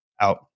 out